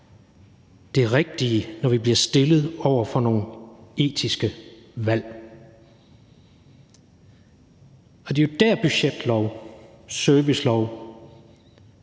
det rigtige, når vi bliver stillet over for nogle etiske valg. Og det er dér – uanset om vi vil